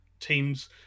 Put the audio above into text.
teams